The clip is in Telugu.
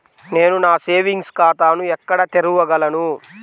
నేను సేవింగ్స్ ఖాతాను ఎక్కడ తెరవగలను?